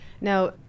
Now